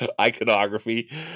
iconography